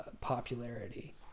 popularity